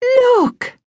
Look